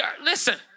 listen